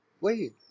wait